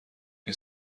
این